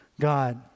God